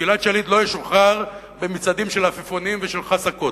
גלעד שליט לא ישוחרר במצעדים של עפיפונים ושל חסקות.